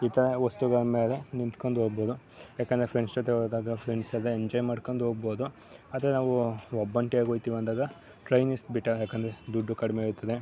ಇತರೆ ವಸ್ತುಗಳ ಮೇಲೆ ನಿಂತ್ಕೊಂಡು ಹೊಗ್ಬೋದು ಏಕೆಂದ್ರೆ ಫ್ರೆಂಡ್ಸ್ ಜೊತೆ ಹೋದಾಗ ಫ್ರೆಂಡ್ಸ್ ಎಲ್ಲ ಎಂಜಾಯ್ ಮಾಡ್ಕೊಂಡು ಹೋಗ್ಬೋದು ಅಥವಾ ನಾವು ಒಬ್ಬಂಟಿಯಾಗಿ ಹೋಗ್ತೀವಿ ಅಂದಾಗ ಟ್ರೈನ್ ಇಸ್ ಬೆಟರ್ ಏಕೆಂದ್ರೆ ದುಡ್ಡು ಕಡಿಮೆ ಇರ್ತದೆ